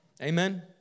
Amen